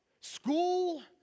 school